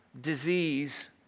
disease